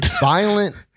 Violent